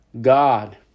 God